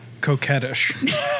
Coquettish